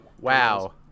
wow